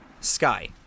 Sky